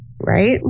right